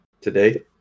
today